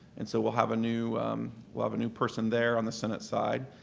and so we'll have a new we'll have a new person there on the senate side.